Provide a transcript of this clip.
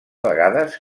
vegades